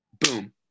Boom